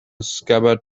scabbard